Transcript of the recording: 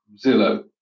Zillow